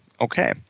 Okay